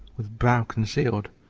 with brow concealed,